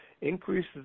increases